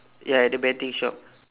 ya at the betting shop